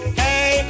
hey